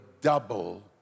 double